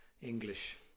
English